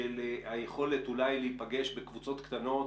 של היכולת אולי להפגש בקבוצות קטנות